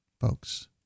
folks